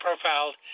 profiled